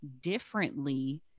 differently